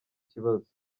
kibazo